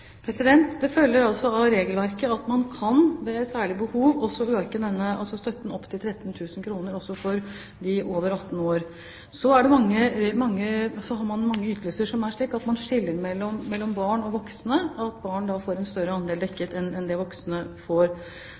Det følger altså av regelverket at man ved særlig behov også kan øke denne støtten opp til 13 000 kr også for dem over 18 år. Man har mange ytelser som er slik at man skiller mellom barn og voksne – at barn får en større andel dekket enn det voksne får.